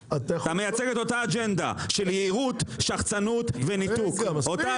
שצריך לבטל את חובת ההתאגדות, נקודה.